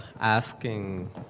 asking